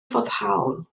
foddhaol